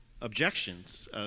objections